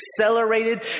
accelerated